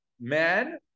man